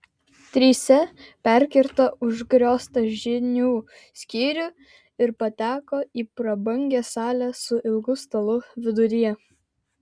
trise perkirto užgrioztą žinių skyrių ir pateko į prabangią salę su ilgu stalu viduryje